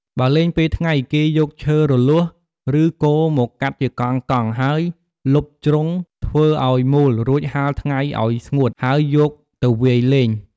បើលេងពេលថ្ងៃ គេយកឈើរលួស ឬគរមកកាត់ជាកង់ៗ ហើយលុបជ្រុងធ្វើឲ្យមូលរួចហាលថ្ងៃឲ្យស្ងួត ហើយយកទៅវាយលេង ។